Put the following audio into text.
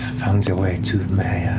found your way to my